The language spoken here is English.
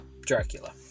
Dracula